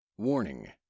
Warning